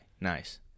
nice